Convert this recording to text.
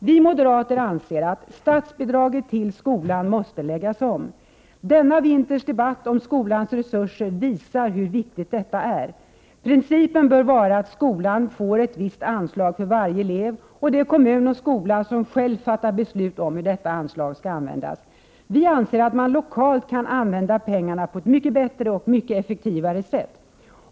Vi moderater anser att statsbidraget till skolan måste läggas om. Denna vinters debatt om skolans resurser visar hur viktigt detta är. Principen bör vara att skolan får ett visst anslag för varje elev, och det är kommun och skola som själv fattar beslut om hur detta anslag skall användas. Vi anser att man lokalt kan använda pengarna på ett mycket bättre och mycket effektivare sätt.